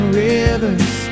rivers